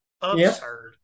Absurd